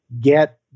get